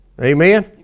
Amen